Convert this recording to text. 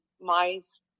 Mai's